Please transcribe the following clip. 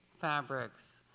fabrics